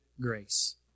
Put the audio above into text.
grace